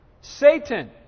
Satan